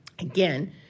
Again